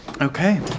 Okay